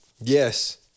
Yes